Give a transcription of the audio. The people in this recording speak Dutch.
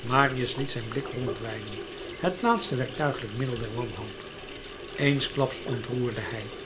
marius liet zijn blik rondweiden het laatste werktuiglijk middel der wanhoop eensklaps ontroerde hij